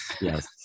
yes